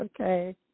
Okay